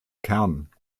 kern